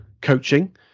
coaching